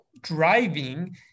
driving